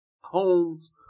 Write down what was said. Holmes